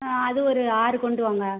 ஆ அது ஒரு ஆறு கொண்டு வாங்க